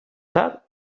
that